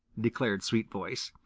declared sweetvoice.